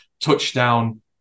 touchdown